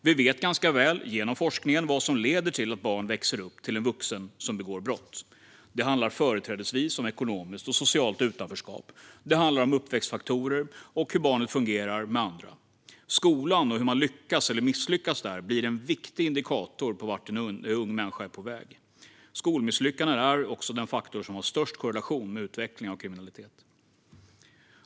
Vi vet ganska väl genom forskningen vad som leder till att ett barn växer upp till en vuxen som begår brott. Det handlar företrädesvis om ekonomiskt och socialt utanförskap, och det handlar om uppväxtfaktorer och hur barnet fungerar med andra. Skolan och hur man lyckas eller misslyckas där blir en viktig indikator på vart en ung människa är på väg. Skolmisslyckanden är också den faktor som har störst korrelation till utveckling av kriminalitet.